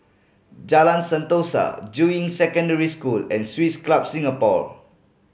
Jalan Sentosa Juying Secondary School and Swiss Club Singapore